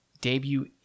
debut